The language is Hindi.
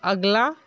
अगला